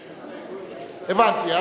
הבנתי.